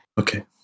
Okay